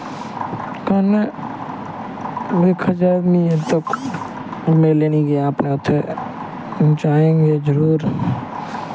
कन्नै ओह् खचाब नी ऐ मेले नी गेआ अपने इत्थें जाएं गे जरूर